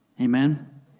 Amen